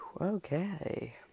Okay